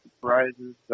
surprises